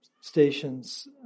stations